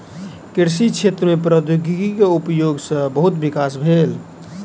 कृषि क्षेत्र में प्रौद्योगिकी के उपयोग सॅ बहुत विकास भेल